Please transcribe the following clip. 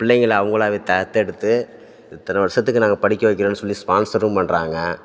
பிள்ளைங்களை அவங்களாவே தத்தெடுத்து இத்தனை வருஷத்துக்கு நாங்கள் படிக்க வைக்கிறோன்னு சொல்லி ஸ்பான்சரும் பண்ணுறாங்க